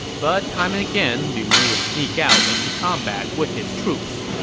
but time and again lu meng would sneak out into combat with his troops.